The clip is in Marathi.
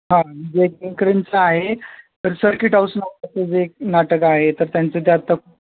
हां विजय केंकरेंचं आहे तर सर्किट हाऊस जे एक नाटक आहे तर त्यांचं ते आता